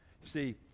see